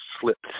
slipped